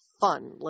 fun